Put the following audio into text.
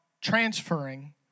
transferring